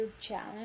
challenge